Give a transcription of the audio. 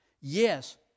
Yes